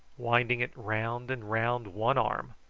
winding it round and round one arm,